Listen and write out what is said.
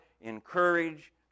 encourage